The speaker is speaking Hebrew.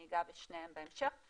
אני אגע בשניהם בהמשך.